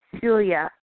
Julia